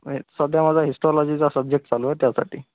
म्हणजे सध्या माझा हिस्टॉलॉजीचा सबजेक्ट चालू आहे त्यासाठी